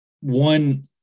one